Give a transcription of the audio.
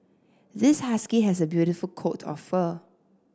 this husky has a beautiful coat of fur